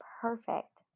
perfect